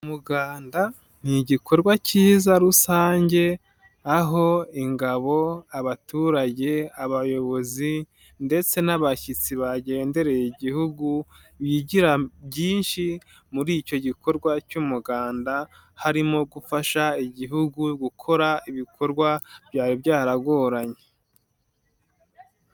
Umuganda ni igikorwa cyiza rusange, aho ingabo, abaturage, abayobozi ndetse n'abashyitsi bagendereye igihugu, bigira byinshi muri icyo gikorwa cy'umuganda, harimo gufasha igihugu gukora ibikorwa byari byaragoranye.